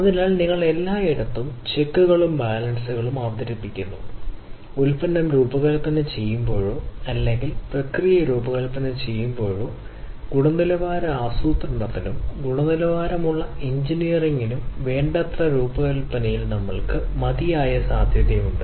അതിനാൽ ടാഗുച്ചി മാറ്റിയ ഉൽപ്പന്ന രൂപകൽപ്പന തരത്തിന്റെ തത്ത്വചിന്ത നിങ്ങൾക്കറിയാം ഉൽപ്പന്നങ്ങളിലേക്ക് ഗുണനിലവാരം രൂപകൽപ്പന ചെയ്യുന്നതിനുള്ള ഒരു തത്ത്വചിന്തയും രീതിശാസ്ത്രവും അദ്ദേഹം നിർദ്ദേശിച്ചു പ്രക്രിയകൾ